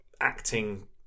acting